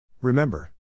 Remember